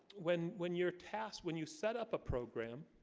when when your tas when you set up a program?